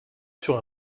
sur